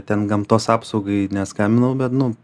ten gamtos apsaugai neskambinau bet nu